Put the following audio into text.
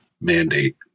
mandate